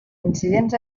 incidents